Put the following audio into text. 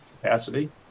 capacity